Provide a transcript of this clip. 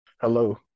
Hello